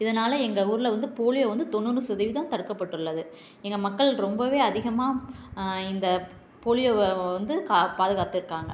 இதனால் எங்கள் ஊர்ல வந்து போலியோ வந்து தொண்ணூறு சதவீதம் தடுக்கப்பட்டுள்ளது எங்கள் மக்கள் ரொம்பவே அதிகமாக இந்த போலியோவை வந்து கா பாதுகாத்திருக்காங்க